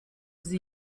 sie